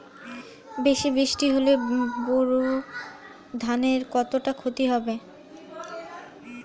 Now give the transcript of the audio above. বেশি বৃষ্টি হলে বোরো ধানের কতটা খতি হবে?